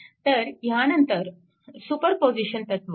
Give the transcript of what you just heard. तर ह्यानंतर सुपरपोजिशन तत्व